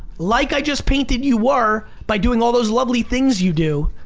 like i just painted you were by doing all those lovely things you do.